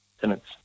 tenants